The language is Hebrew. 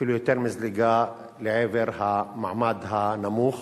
אפילו יותר מזליגה, לעבר המעמד הנמוך.